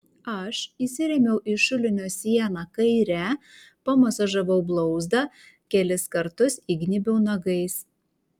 aš įsirėmiau į šulinio sieną kaire pamasažavau blauzdą gelis kartus įgnybiau nagais